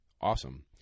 awesome